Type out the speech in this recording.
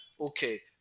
okay